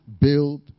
build